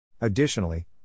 Additionally